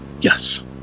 Yes